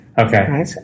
okay